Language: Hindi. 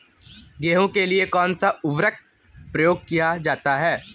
गेहूँ के लिए कौनसा उर्वरक प्रयोग किया जाता है?